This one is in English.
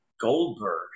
Goldberg